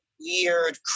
weird